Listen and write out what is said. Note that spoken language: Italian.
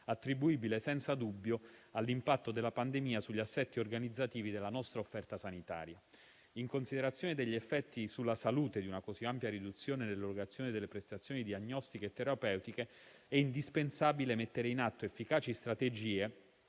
attribuibile senza dubbio all'impatto della pandemia sugli assetti organizzativi della nostra offerta sanitaria. In considerazione degli effetti sulla salute di una così ampia riduzione dell'erogazione delle prestazioni diagnostiche e terapeutiche, è indispensabile mettere in atto efficaci strategie